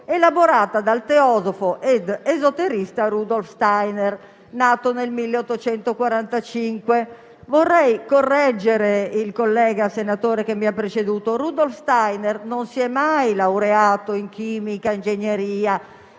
elaborata dal teosofo ed esoterista Rudolf Steiner, nato nel 1861. Vorrei correggere il collega senatore intervenuto in precedenza: Rudolf Steiner non si è mai laureato in chimica o in ingegneria,